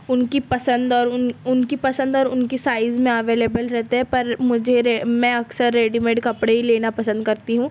اُن کی پسند اور اُن اُن کی پسند اور اُن کی سائز میں ایویلیبل رہتے ہیں پر مجھے میں اکثر ریڈی میڈ کپڑے ہی لینا پسند کرتی ہوں